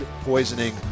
poisoning